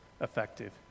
effective